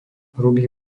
hrubý